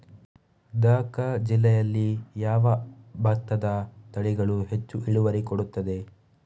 ದ.ಕ ಜಿಲ್ಲೆಯಲ್ಲಿ ಯಾವ ಯಾವ ಭತ್ತದ ತಳಿಗಳು ಹೆಚ್ಚು ಇಳುವರಿ ಕೊಡುತ್ತದೆ?